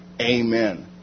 Amen